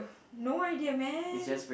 no idea man